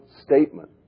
statement